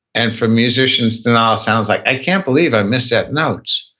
and for musicians denial sounds like, i can't believe i missed that note.